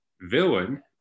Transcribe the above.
villain